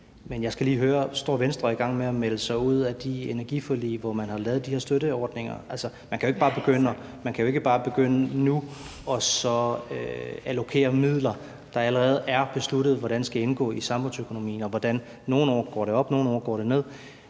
Men jeg skal lige høre: Står Venstre og er i gang med at melde sig ud af de energiforlig, hvor man har lavet de her støtteordninger? Altså, man kan jo ikke bare begynde nu at allokere midler, som det allerede er besluttet hvordan skal indgå i samfundsøkonomien, for nogle år går det op, nogle år går det ned.